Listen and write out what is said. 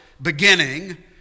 Beginning